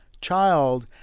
child